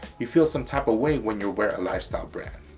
you feel some type of way. when you're wearing a lifestyle brand,